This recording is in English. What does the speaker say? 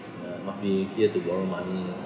ya must be here to borrow money